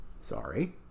sorry